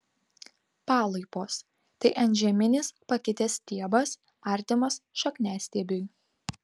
palaipos tai antžeminis pakitęs stiebas artimas šakniastiebiui